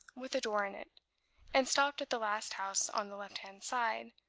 with a door in it and stopped at the last house on the left-hand side,